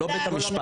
לא בית המשפט?